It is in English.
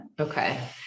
Okay